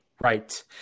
right